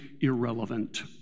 irrelevant